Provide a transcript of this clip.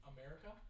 America